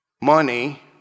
money